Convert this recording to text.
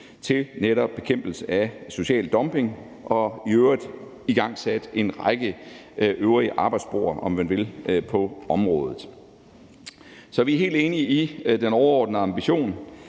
til netop bekæmpelse af social dumping og i øvrigt igangsat en række øvrige arbejdsspor, om man vil, på området. Så vi er helt enige i den overordnede ambition,